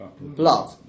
blood